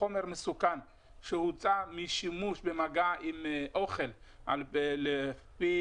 חומר מסוכן שהוצא משימוש במגע עם אוכל לפי